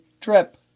trip